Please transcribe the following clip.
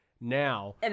now